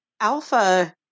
alpha